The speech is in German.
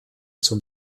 zum